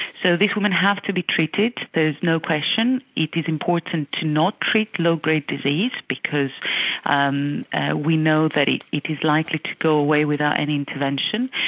so these women have to be treated, there is no question. it is important to not treat low grade disease because um we know that it it is likely to go away without any intervention.